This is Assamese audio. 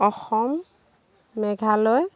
অসম মেঘালয়